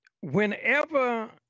whenever